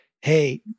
hey